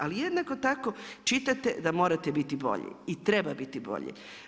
Ali jednako tako čitate da morate biti bolji i treba biti bolji.